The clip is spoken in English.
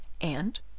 and